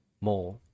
more